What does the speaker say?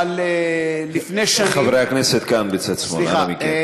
אבל לפני שנים, חברי הכנסת כאן מצד שמאל, אנא מכם.